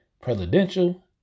Presidential